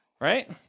right